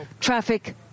traffic